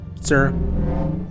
sir